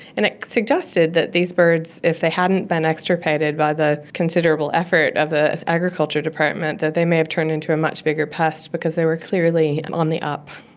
and it suggested that these birds, if they hadn't been extricated by the considerable effort of the agriculture department, that they may have turned into a much bigger pest, because they were clearly on the up.